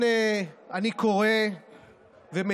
אני מסיים.